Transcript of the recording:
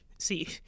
see